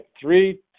three